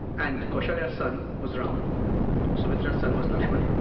and kausalya's son was ram sumitra's son was laxman